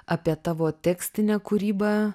apie tavo tekstinę kūrybą